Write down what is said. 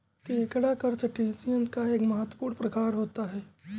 केकड़ा करसटेशिंयस का एक महत्वपूर्ण प्रकार होता है